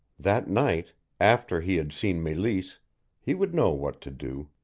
that night after he had seen meleese he would know what to do.